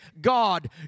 God